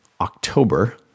October